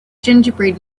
gingerbread